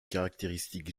caractéristiques